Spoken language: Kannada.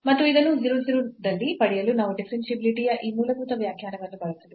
ಮತ್ತು ಇದನ್ನು 0 0 ದಲ್ಲಿ ಪಡೆಯಲು ನಾವು ಡಿಫರೆನ್ಷಿಯಾಬಿಲಿಟಿ ಯ ಈ ಮೂಲಭೂತ ವ್ಯಾಖ್ಯಾನವನ್ನು ಬಳಸಬೇಕು